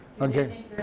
Okay